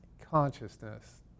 consciousness